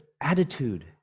attitude